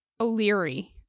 O'Leary